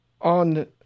on